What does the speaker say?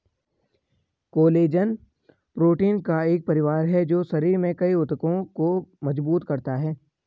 collagen protein का एक परिवार है जो शरीर में कई ऊतकों को मजबूत करता है